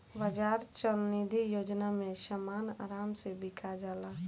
बाजार चल निधी योजना में समान आराम से बिका जाला